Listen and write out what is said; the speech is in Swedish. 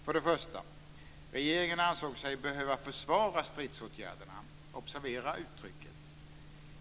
Först och främst ansåg sig regeringen behöva "försvara stridsåtgärderna" - observera uttrycket.